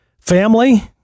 family